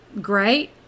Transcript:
great